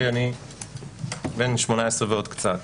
שאני בן 18 ועוד קצת...